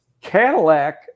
cadillac